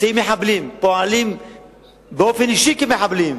מסיעים מחבלים, פועלים באופן אישי כמחבלים,